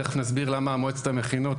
תכף נסביר למה מועצת המכינות,